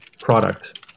product